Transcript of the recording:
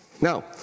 Now